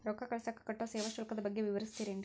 ರೊಕ್ಕ ಕಳಸಾಕ್ ಕಟ್ಟೋ ಸೇವಾ ಶುಲ್ಕದ ಬಗ್ಗೆ ವಿವರಿಸ್ತಿರೇನ್ರಿ?